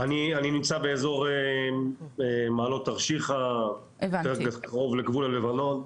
אני נמצא באזור מעלות תרשיחא, קרוב לגבול לבנון.